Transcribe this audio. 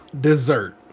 dessert